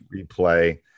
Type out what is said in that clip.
replay